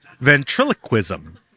Ventriloquism